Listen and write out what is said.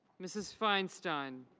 mrs. feinstein.